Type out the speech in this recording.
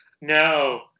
No